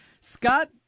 Scott